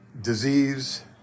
disease